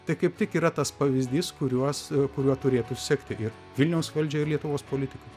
tai kaip tik yra tas pavyzdys kuriuos kuriuo turėtų sekti ir vilniaus valdžia ir lietuvos politikai